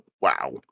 Wow